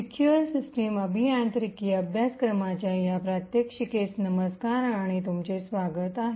secure system अभियांत्रिकी अभ्यासक्रमाच्या या प्रात्यक्षिकेस नमस्कार आणि त्यांचे स्वागत आहे